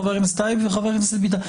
חבר הכנסת טייב וחבר הכנסת ביטן.